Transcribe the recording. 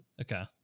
okay